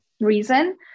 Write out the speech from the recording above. reason